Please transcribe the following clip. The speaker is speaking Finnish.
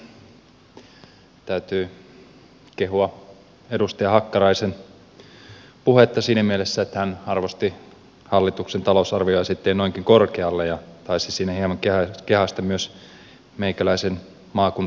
täytyy kehua edustaja hakkaraisen puhetta siinä mielessä että hän arvosti hallituksen talousarvioesityksen noinkin korkealle ja taisi siinä hieman kehaista myös meikäläisen maakuntatietämystä